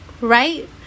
Right